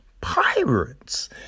Pirates